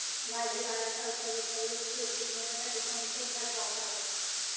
भाजीपाला टवटवीत व लुसलुशीत येण्यासाठी कोणते खत वापरावे?